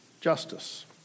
justice